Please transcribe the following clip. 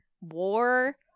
war